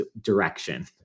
direction